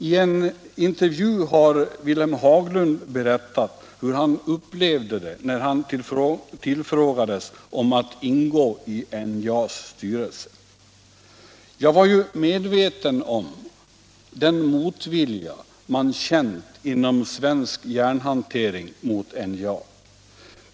I en intervju har Wilhelm Haglund berättat hur han upplevde det när han tillfrågades om att ingå i NJA:s styrelse: ”Jag var ju medveten om den motvilja man känt inom svensk järnhantering mot NJA.